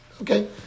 okay